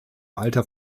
alter